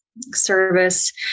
service